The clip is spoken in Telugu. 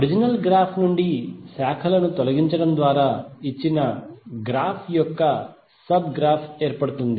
ఒరిజినల్ గ్రాఫ్ నుండి బ్రాంచ్ లను తొలగించడం ద్వారా ఇచ్చిన గ్రాఫ్ యొక్క సబ్ గ్రాఫ్ ఏర్పడుతుంది